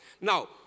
Now